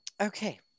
Okay